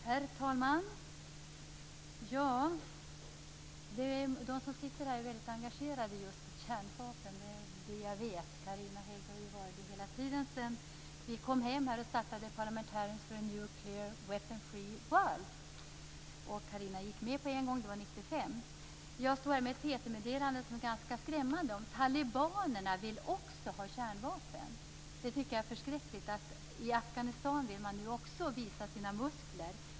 Herr talman! De som sitter här är mycket engagerade mot kärnvapen. Jag vet att Carina Hägg har varit det hela tiden sedan vi kom hem och startade Parliamentarians for a nuclear weapons free world. Carina Hägg gick med på en gång. Det var år 1995. I dag såg jag ett TT-meddelande som är ganska skrämmande. Det står: Talibanerna vill också ha kärnvapen. Det tycker jag är förskräckligt. I Afghanistan vill man nu också visa sina muskler.